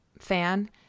fan